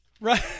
Right